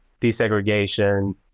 desegregation